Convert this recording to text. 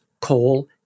coal